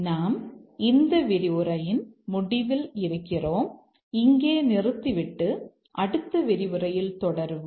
நாம் இந்த விரிவுரையின் முடிவில் இருக்கிறோம் இங்கே நிறுத்திவிட்டு அடுத்த விரிவுரையில் தொடருவோம்